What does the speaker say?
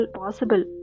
possible